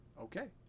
Okay